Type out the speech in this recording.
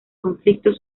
conflictos